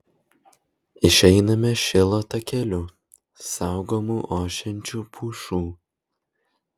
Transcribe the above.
išeiname šilo takeliu saugomu ošiančių pušų